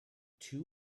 two